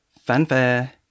fanfare